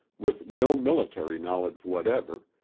with no military knowledge whatever,